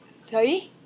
sorry